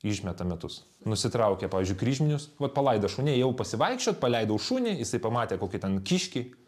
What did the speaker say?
išmetam metus nusitraukė pavyzdžiui kryžminius vat palaidą šunį ėjau pasivaikščiot paleidau šunį jisai pamatė kokį ten kiškį